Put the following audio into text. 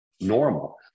normal